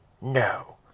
No